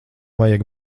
vajag